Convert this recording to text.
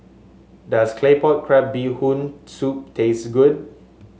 does Claypot Crab Bee Hoon Soup taste good